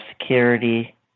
security